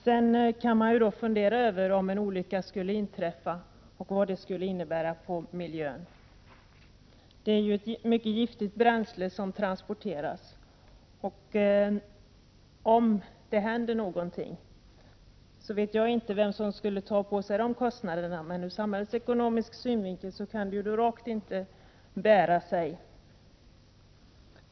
Sedan kan man fundera över vad det skulle innebära för miljön om en olycka skulle inträffa. Det är ett mycket giftigt bränsle som transporteras här, och om det händer någonting vet jag inte vem som skulle ta på sig kostnaderna för det. Men ur samhällsekonomisk synvinkel kan det då rakt inte bära sig.